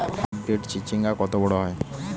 Hybrid চিচিংঙ্গা কত বড় হয়?